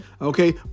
okay